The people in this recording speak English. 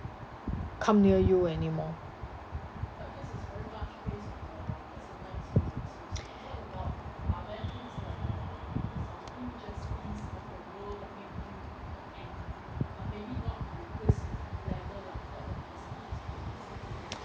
come near you anymore